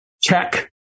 check